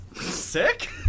Sick